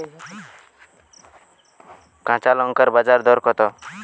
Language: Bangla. কাঁচা লঙ্কার বাজার দর কত?